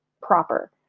proper